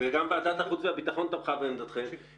וגם ועדת החוץ והביטחון תמכה בעמדתכם,